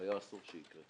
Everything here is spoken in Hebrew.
שהיה אסור שיקרה